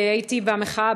הייתי במחאה,